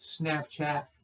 Snapchat